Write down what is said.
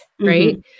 right